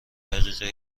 دقیقه